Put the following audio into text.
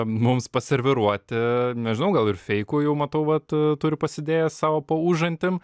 mums paserviruoti nežinau gal ir feikų jau matau vat turi pasidėjęs sau po užantim